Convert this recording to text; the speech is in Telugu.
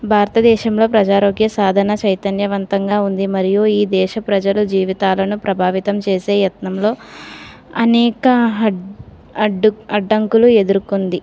భారతదేశంలో ప్రజారోగ్య సాధన చైతన్యవంతంగా ఉంది మరియు ఈ దేశ ప్రజలు జీవితాలను ప్రభావితం చేసే యత్నంలో అనేక అ అడ్డు అడ్డంకులు ఎదుర్కొంది